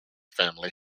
family